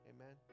Amen